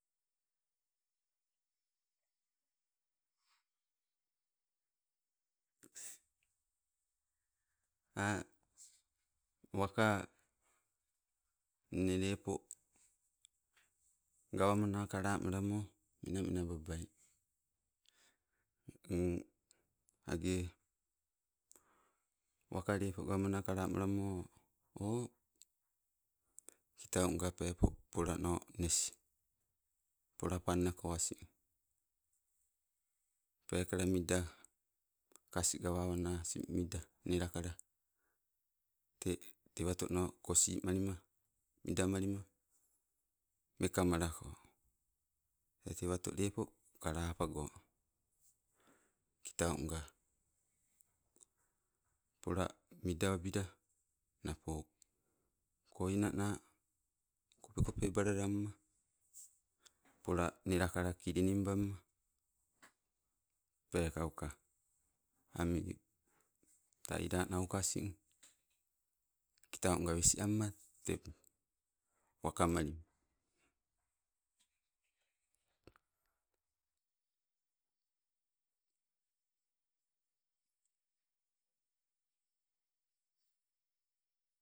maka nne lepo gawamana kalamalamo, menamenababai. agee waka lepo gawamana kalamalamo, o kitaunga pepo polano nes. Pola pannako asing, peekala mida kas gawawane asing mida nelakala. Tee tewatono kosimalima midamalima mekameleko. Tee tewato lepo kalapago. Kitau nga pola midawabila nepo koinana kope kope balalamma, pola nelekala kilinim bamma. Peekauka ami, taila nauka asin kitau nga wes amma tee wakamalima.